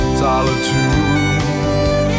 solitude